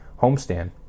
homestand